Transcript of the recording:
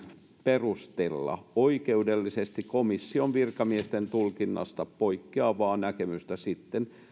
perustella oikeudellisesti komission virkamiesten tulkinnasta poikkeavaa näkemystä